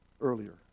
earlier